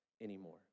anymore